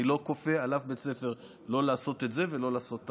אני לא כופה על אף בית ספר לא לעשות את זה ולא לעשות הפוך.